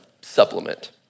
supplement